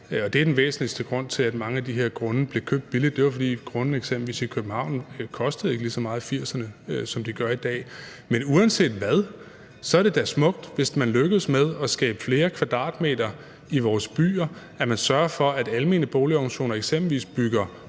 det er den væsentligste grund til, at mange af de her grunde blev købt billigt – det var, fordi grundene eksempelvis i København ikke kostede lige så meget i 1980'erne, som de gør i dag. Men uanset hvad, er det da smukt, hvis man lykkes med at skabe flere kvadratmeter i vores byer – at man sørger for, at almene boligorganisationer eksempelvis bygger